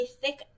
thick